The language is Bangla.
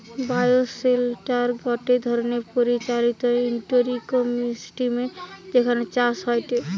বায়োশেল্টার গটে ধরণের পরিচালিত ইন্ডোর ইকোসিস্টেম যেখানে চাষ হয়টে